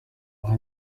nka